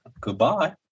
goodbye